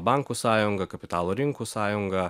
bankų sąjunga kapitalo rinkų sąjungą